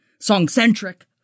song-centric